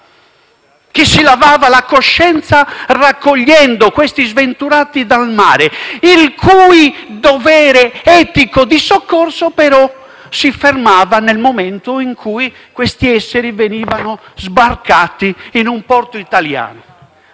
che si lavava la coscienza raccogliendo questi sventurati dal mare, il cui dovere etico di soccorso, però, si fermava nel momento in cui questi esseri venivano sbarcati in un porto italiano.